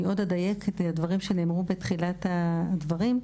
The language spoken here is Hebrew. אדייק את הדברים שנאמרו בתחילת הדברים.